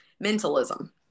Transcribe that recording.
Mentalism